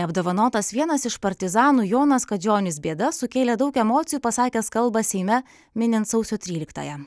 apdovanotas vienas iš partizanų jonas kadžionis bėda sukėlė daug emocijų pasakęs kalbą seime minint sausio tryliktąją